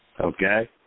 Okay